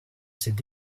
cette